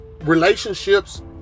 relationships